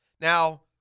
Now